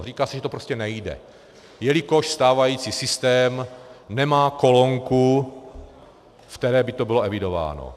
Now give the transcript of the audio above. Říká se, že to prostě nejde, jelikož stávající systém nemá kolonku, ve které by to bylo evidováno.